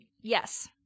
yes